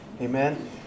Amen